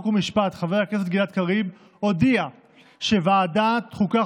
חוק ומשפט חבר הכנסת גלעד קריב הודיע שוועדת החוקה,